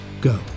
go